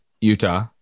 Utah